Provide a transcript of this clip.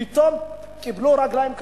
פתאום קיבלו רגליים קרות.